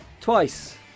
Twice